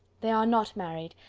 they are not married,